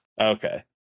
okay